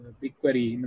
bigquery